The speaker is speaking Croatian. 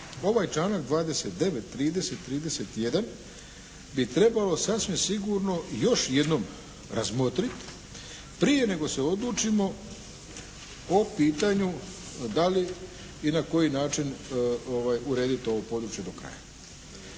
ovaj članak 29., 30., 31. bi trebalo sasvim sigurno još jednom razmotriti prije nego se odlučimo o pitanju da li i na koji način urediti ovo područje do kraja.